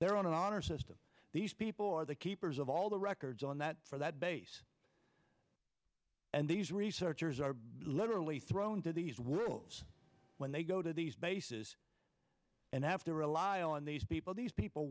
own honor system these people are the keepers of all the records on that for that base and these researchers are literally thrown into these worlds when they go to these bases and have to rely on these people these people